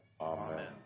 Amen